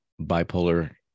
bipolar